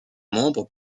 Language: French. membres